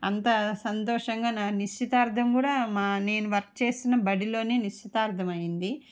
అంత సంతోషంగా నా నిశ్చితార్థం కూడా మా నేను వర్క్ చేసిన బడిలోనే నిశ్చితార్థం అయ్యింది